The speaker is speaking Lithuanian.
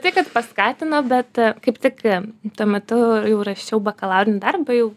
tai kas paskatino bet kaip tik tuo metu jau rašiau bakalaurinį darbą jau